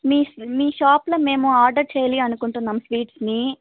మీ మీ షాప్లో మేము ఆర్డర్ చేయాలి అనుకుంటున్నాం స్వీట్స్ని